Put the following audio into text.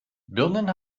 birnen